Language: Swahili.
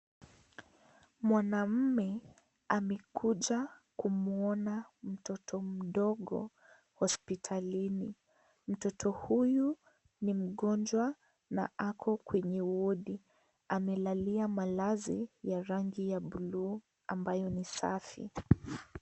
Mwanamme amekuja kumwona mtoto mdogo hospitalini, mtoto huyu ni mgonjwa na ako kwenye wodi, amelalia malazi ya rangi ya buluu ambayo ni safi.